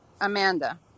Amanda